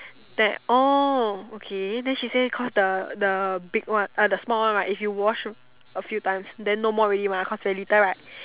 then I oh okay then she say cause the the big one uh the small one right if you wash a few times then no more already mah cause very little right